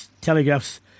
Telegraph's